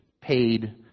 paid